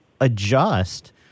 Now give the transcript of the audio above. adjust